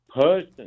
person